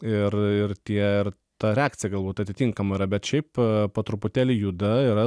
ir ir tie ir ta reakcija galbūt atitinkama yra bet šiaip po truputėlį juda yra